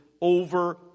over